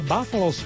Buffalo